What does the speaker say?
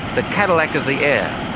the cadillac of the air,